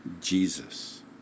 Jesus